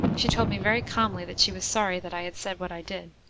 she told me very calmly that she was sorry that i had said what i did.